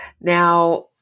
Now